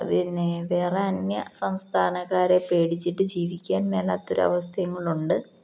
അ പിന്നെ വേറെ അന്യ സംസ്ഥാനക്കാരെ പേടിച്ചിട്ടു ജീവിക്കാൻ മേലാത്തൊരവസ്ഥയും കൂടെയുണ്ട്